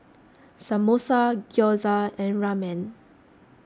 Samosa Gyoza and Ramen